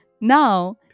Now